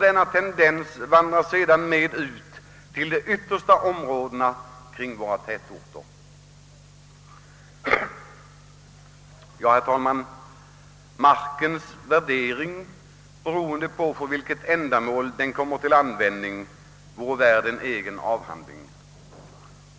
Denna tendens vandrar sedan ut till de yttersta områdena kring våra tätorter. Herr talman! Markens värdering beroende på för vilket ändamål den kommer till användning vore värd en egen avhandling.